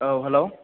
औ हेलौ